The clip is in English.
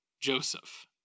Joseph